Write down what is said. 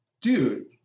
dude